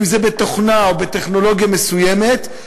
אם זה בתוכנה או בטכנולוגיה מסוימת,